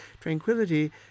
tranquility